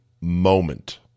moment